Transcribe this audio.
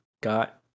got